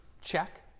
Check